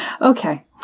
okay